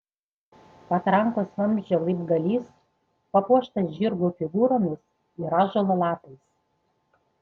patrankos vamzdžio laibgalys papuoštas žirgų figūromis ir ąžuolo lapais